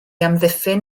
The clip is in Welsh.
amddiffyn